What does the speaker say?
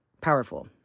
powerful